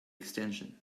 extension